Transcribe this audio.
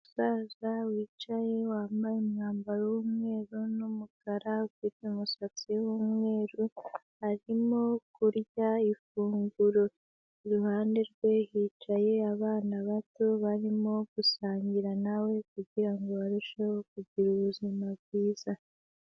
Umusaza wicaye, wambaye umwambaro w'umweru n'umukara, ufite umusatsi w'umweru arimo kurya ifunguro, iruhande rwe hicaye abana bato barimo gusangira na we kugira ngo barusheho kugira ubuzima bwiza.